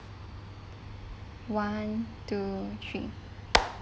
one two three